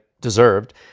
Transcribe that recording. deserved